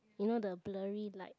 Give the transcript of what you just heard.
you know the blurry light